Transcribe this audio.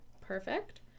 perfect